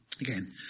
Again